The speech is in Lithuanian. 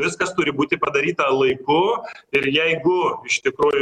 viskas turi būti padaryta laiku ir jeigu iš tikrųjų